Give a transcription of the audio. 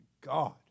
God